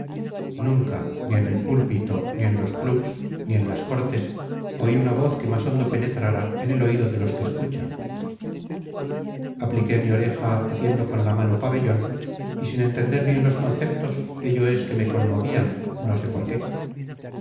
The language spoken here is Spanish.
nunca ni en el púlpito ni en los clubs ni en las cortes oí una voz que más hondo penetrara en el oído de los que escuchan apliqué mi oreja haciendo con la mano pabellón y sin entender bien los conceptos ello es que me conmovían no sé por qué